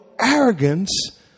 arrogance